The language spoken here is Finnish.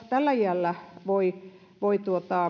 tällä iällä voi voi